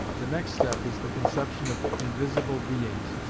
the next step is the conception of invisible beings,